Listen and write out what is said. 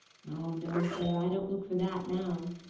oh no, sir! i don't look for that, now.